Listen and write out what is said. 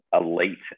elite